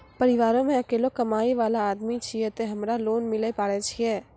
परिवारों मे अकेलो कमाई वाला आदमी छियै ते हमरा लोन मिले पारे छियै?